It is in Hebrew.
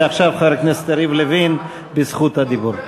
ועכשיו חבר הכנסת יריב לוין בזכות הדיבור.